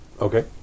Okay